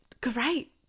great